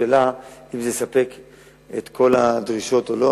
השאלה אם זה יספק את כל הדרישות או לא,